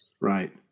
Right